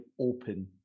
open